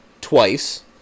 twice